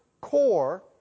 core